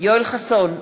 יואל חסון,